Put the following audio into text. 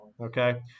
okay